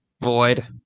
void